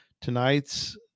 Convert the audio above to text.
tonight's